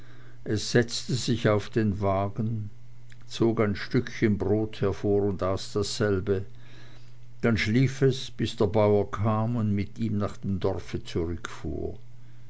es setzte sich auf den wagen zog ein stückchen brot hervor und aß dasselbe dann schlief es bis der bauer kam und mit ihm nach dem dorfe zurückfuhr